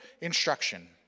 instruction